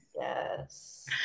Yes